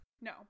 no